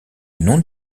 non